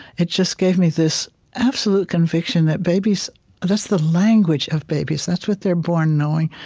it just gave me this absolute conviction that babies that's the language of babies. that's what they're born knowing.